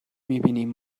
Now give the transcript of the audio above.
میبینیم